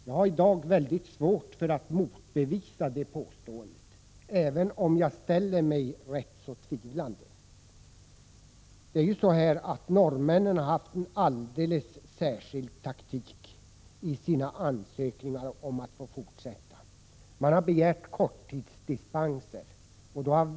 Jag har i dag väldigt svårt att motbevisa det påståendet, även om jag ställer mig rätt tvivlande. Norrmännen har en alldeles särskild taktik i sina ansökningar om att få fortsätta: de begär korttidsdispenser.